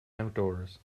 outdoors